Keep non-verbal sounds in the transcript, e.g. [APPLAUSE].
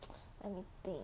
[NOISE] let me think